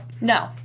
No